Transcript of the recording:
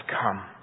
come